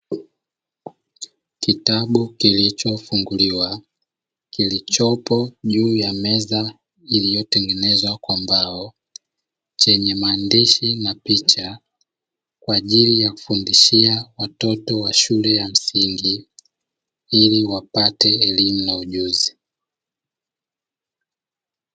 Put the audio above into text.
Kitabu kilichofunguliwa kilichopo juu ya meza iliyotengenezwa kwa mbao chenye maandishi na picha kwa ajili ya kufundishia watoto wa shule ya msingi ili wapate elimu na ujuzi.